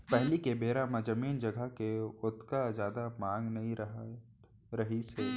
पहिली के बेरा म जमीन जघा के ओतका जादा मांग नइ रहत रहिस हे